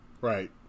Right